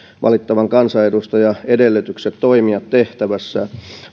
valittavan kansanedustajan edellytykset toimia tehtävässään